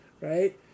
Right